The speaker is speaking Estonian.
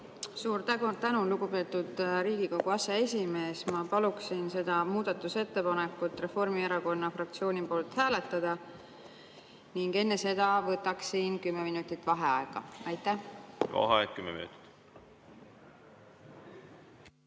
Suur tänu, lugupeetud Riigikogu aseesimees! Ma paluksin seda muudatusettepanekut Reformierakonna fraktsiooni poolt hääletada ning enne seda võtaksin kümme minutit vaheaega. Vaheaeg kümme minutit.V